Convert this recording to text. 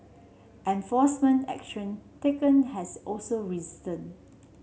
enforcement action taken has also risen